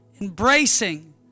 embracing